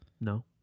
no